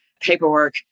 paperwork